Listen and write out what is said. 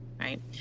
right